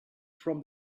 from